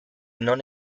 non